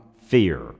fear